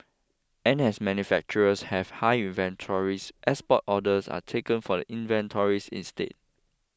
and as manufacturers have high inventories export orders are taken from the inventories instead